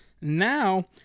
Now